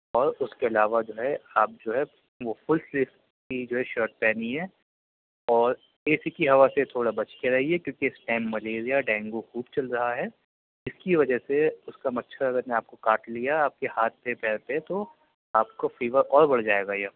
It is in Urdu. اور اس کے علاوہ جو ہے آپ جو ہے وہ فل سلیو کی شرٹ پہنیے اور اے سی کی ہوا سے تھوڑا بچ کے رہیے کیونکہ اس ٹیم ملیریا ڈینگو خوب چل رہا ہے اس کی وجہ سے اس کا مچھر نے اگر کاٹ لیا آپ کے ہاتھ میں پیر میں تو آپ کو فیور اور بڑھ جائے گا یہ